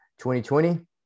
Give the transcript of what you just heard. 2020